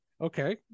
Okay